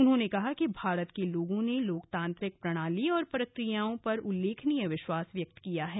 उन्होंने कहा कि भारत के लोगों ने लोकतांत्रिक प्रणाली और प्रक्रियाओं पर उल्लेखनीय विश्वास व्यक्त किया है